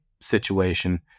situation